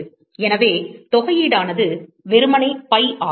எனவே தொகையீடானது வெறுமனே பை ஆகும்